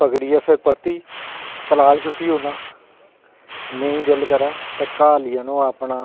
पकड़ियै फिर परती तलाब च सुट्टी ओड़ना ते नेईं दिल करै ते घर लेई आह्नो अपना